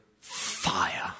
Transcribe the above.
fire